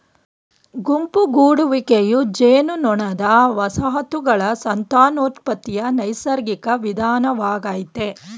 ಗುಂಪು ಗೂಡುವಿಕೆಯು ಜೇನುನೊಣದ ವಸಾಹತುಗಳ ಸಂತಾನೋತ್ಪತ್ತಿಯ ನೈಸರ್ಗಿಕ ವಿಧಾನವಾಗಯ್ತೆ